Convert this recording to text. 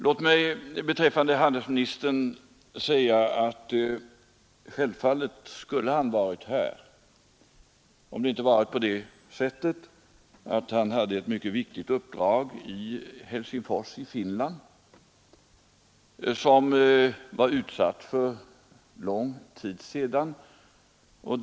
Låt mig säga att handelsministern självfallet skulle ha varit här, om han inte haft ett mycket viktigt uppdrag i Helsingfors som varit utsatt sedan lång tid tillbaka.